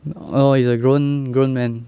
no it's a grown grown man